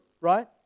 right